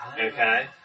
Okay